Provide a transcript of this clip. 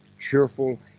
cheerful